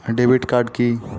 Debit card কি?